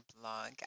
blog